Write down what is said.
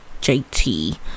JT